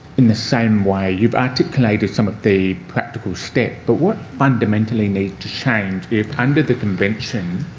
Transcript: in the same way? you've articulated some of the practical steps but what fundamentally needs to change, if under the convention,